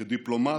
כדיפלומט,